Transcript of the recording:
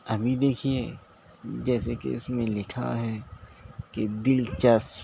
ابھی دیکھیے جیسے کہ اس میں لکھا ہے کہ دلچسپ